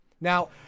Now